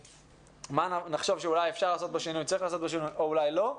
מה נחשוב שצריך לשנות ואפשר לשנות או אולי לא,